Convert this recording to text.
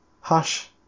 Hush